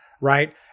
right